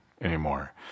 anymore